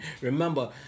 remember